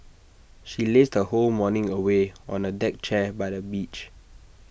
she lazed her whole morning away on A deck chair by the beach